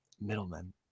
middlemen